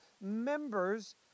members